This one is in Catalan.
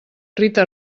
rita